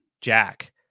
Jack